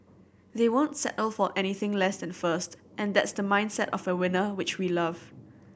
they won't settle for anything less and first and that's the mindset of a winner which we love